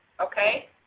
Okay